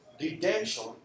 redemption